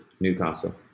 Newcastle